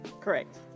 Correct